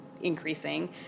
Increasing